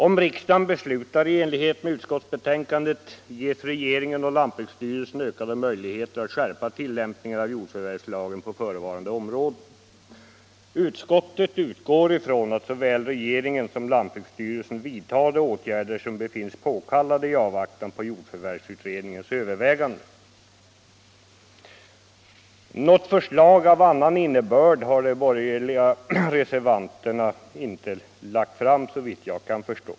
Om riksdagen beslutar i enlighet med utskottsbetänkandet, får regeringen och lantbruksstyrelsen ökade möjligheter att skärpa tillämpningen av jordförvärvslagen på förevarande områden. Utskottet utgår ifrån att såväl regeringen som lantbruksstyrelsen vidtar de åtgärder som kan befinnas påkallade i avvaktan på jordförvärvsutredningens överväganden. Något förslag av annan innebörd har de borgerliga reservanterna, såvitt jag kan förstå, inte lagt fram.